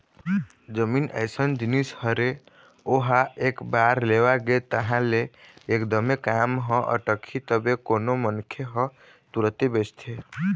जमीन अइसन जिनिस हरे ओहा एक बार लेवा गे तहाँ ले एकदमे काम ह अटकही तभे कोनो मनखे ह तुरते बेचथे